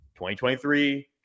2023